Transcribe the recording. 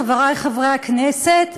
חברי חברי הכנסת,